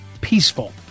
peaceful